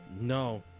No